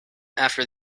after